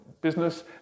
business